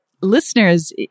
listeners